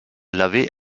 l’avait